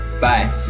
bye